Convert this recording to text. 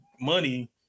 money